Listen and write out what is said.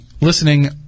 listening